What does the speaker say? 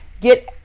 get